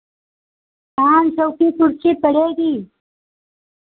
पाँच सौ की कुर्सी पड़ेगी